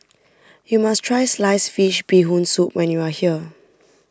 you must try Sliced Fish Bee Hoon Soup when you are here